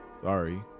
sorry